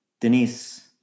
Denise